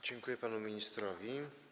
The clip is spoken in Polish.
Dziękuję panu ministrowi.